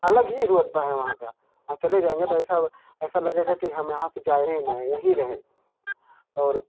अलग ही रूतबा है वहाँ का वहाँ चले जाएँगे तो ऐसा ऐसा लगेगा कि हम यहाँ से जाए ही ना यहीं रहे और